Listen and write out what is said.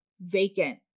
vacant